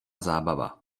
zábava